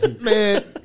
man